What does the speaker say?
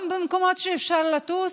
גם במקומות שאפשר לטוס,